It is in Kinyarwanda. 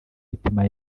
mitima